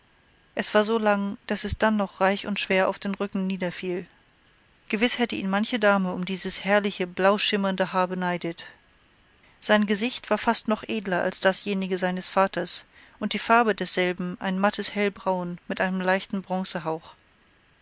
es war so lang daß es dann noch reich und schwer auf den rücken niederfiel gewiß hätte ihn manche dame um dieses herrliche blauschimmernde haar beneidet sein gesicht war fast noch edler als dasjenige seines vaters und die farbe desselben ein mattes hellbraun mit einem leisen